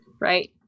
right